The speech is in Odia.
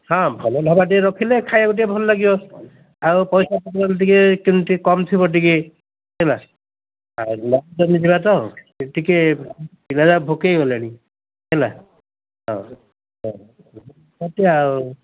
ହଁ ଭଲ ଭାବେ ଟିକେ ରଖିଲେ ଖାଇବାକୁ ଟିକେ ଭଲ ଲାଗିବ ଆଉ ପଇସା ପତ୍ର ଟିକେ କେମିତି କମ୍ ଥିବ ଟିକେ ହେଲା ଆଉ ଲଞ୍ଚ ପାଇଁ ଯିବା ତ ଟିକେ ପିଲା ଭୋକେଇ ଗଲେଣି ହେଲା ହଉ ହ ଆଉ